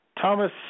Thomas